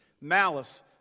malice